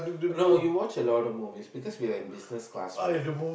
no you watched a lot movies because we're in business class right